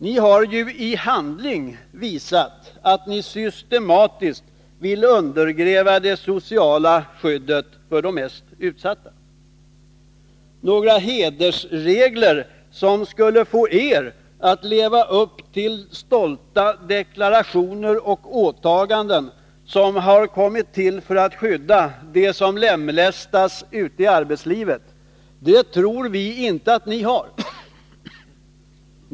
Ni har ju i handling visat att ni systematiskt vill undergräva det sociala skyddet för de mest utsatta. Några hedersregler som skulle få er attleva upp till stolta deklarationer och åtaganden som har kommit till för att skydda dem som lemlästas ute i arbetslivet tror vi inte att ni har.